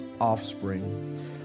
offspring